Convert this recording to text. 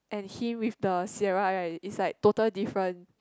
and him with the Sierra right is like total different